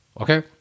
Okay